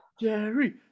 Jerry